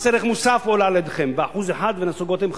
מס ערך מוסף הועלה על-ידיכם ב-1% ונסוגותם ל-0.5%.